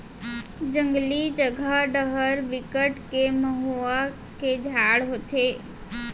जंगली जघा डहर बिकट के मउहा के झाड़ होथे